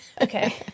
okay